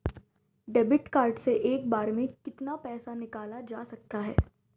Debit card से एक बार में कितना पैसा निकाला जा सकता है?